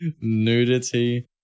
nudity